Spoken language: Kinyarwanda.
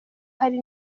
hari